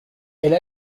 elle